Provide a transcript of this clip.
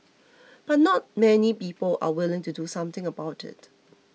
but not many people are willing to do something about it